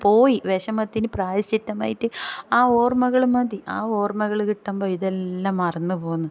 പോയി വിഷമത്തിന് പ്രായശ്ചിത്തമായിട്ട് ആ ഓർമ്മകൾ മതി ആ ഒർമ്മകൾ കിട്ടുമ്പം ഇതെല്ലാം മറന്ന് പോകുന്നു